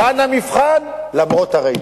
כאן המבחן, למרות הרייטינג.